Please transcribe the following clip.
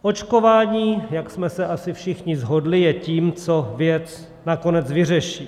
Očkování, jak jsme se asi všichni shodli, je tím, co věc nakonec vyřeší.